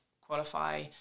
qualify